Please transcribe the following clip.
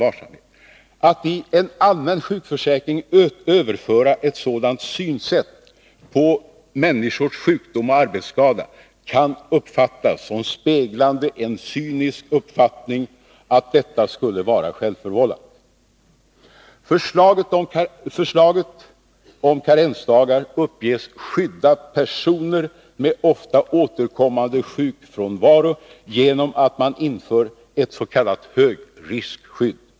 Att i en allmän sjukförsäkring överföra ett sådant synsätt på människors sjukdom och arbetsskada kan uppfattas som speglande en cynisk uppfattning att detta skulle vara självförvållat. Förslaget om karensdagar uppges ”skydda” personer med ofta återkommande sjukfrånvaro genom att man inför ett s.k. högriskskydd.